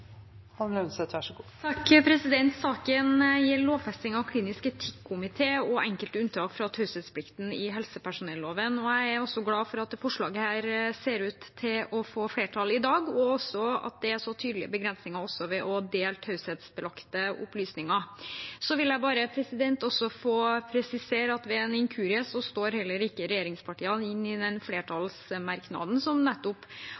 glad for at dette forslaget ser ut til å få flertall i dag, og også at det er så tydelige begrensninger ved å dele taushetsbelagte opplysninger. Jeg vil så presisere at ved en inkurie står ikke regjeringspartiene inne i den flertallsmerknaden som nettopp